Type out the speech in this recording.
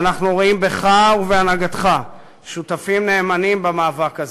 ואנחנו רואים בך ובהנהגתך שותפים נאמנים במאבק הזה.